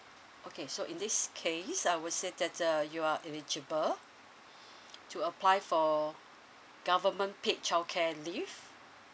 okay so in this case I would say that uh you are eligible to apply for government paid childcare leave